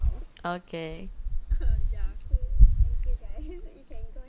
okay